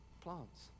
plants